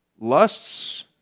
Lusts